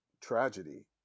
tragedy